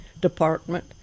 department